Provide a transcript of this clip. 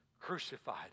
crucified